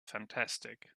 fantastic